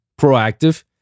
proactive